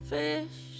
fish